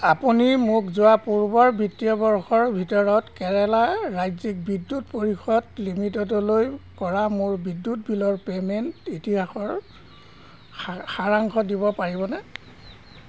আপুনি মোক যোৱা পূৰ্বৰ বিত্তীয় বৰ্ষৰ ভিতৰত কেৰেলা ৰাজ্যিক বিদ্যুৎ পৰিষদ লিমিটেডলৈ কৰা মোৰ বিদ্যুৎ বিলৰ পে'মেণ্ট ইতিহাসৰ সাৰাংশ দিব পাৰিবনে